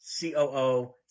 COO